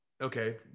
okay